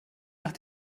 nach